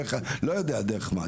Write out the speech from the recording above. דרך לא יודע דרך מה,